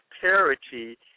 parity